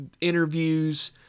interviews